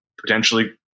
Potentially